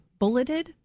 bulleted